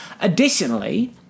Additionally